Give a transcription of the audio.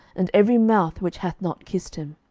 and every mouth which hath not kissed him.